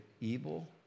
evil